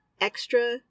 extra